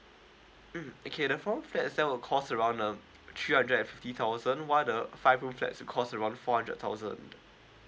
mm okay the four room flats itself will cost around um three hundred and fifty thousand while the five room flats will cost around four hundred thousand